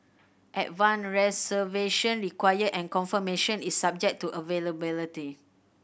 advance reservation required and confirmation is subject to availability